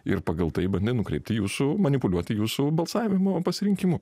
ir pagal tai bandė nukreipti jūsų manipuliuoti jūsų balsavimo pasirinkimu